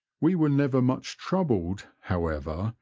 we were never much troubled, however,